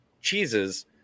cheeses